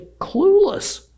clueless